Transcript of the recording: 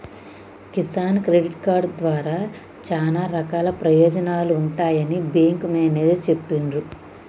Kisan credit card ద్వారా చానా రకాల ప్రయోజనాలు ఉంటాయని బేంకు మేనేజరు చెప్పిన్రు